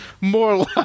more